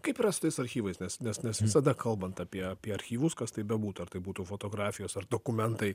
kaip yra su tais archyvais nes nes nes visada kalbant apie apie archyvus kas tai bebūtų ar tai būtų fotografijos ar dokumentai